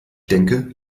denke